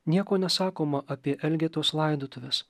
nieko nesakoma apie elgetos laidotuves